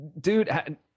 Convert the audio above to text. Dude